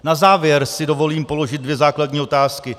Na závěr si dovolím položit dvě základní otázky.